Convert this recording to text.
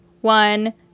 one